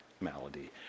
malady